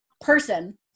person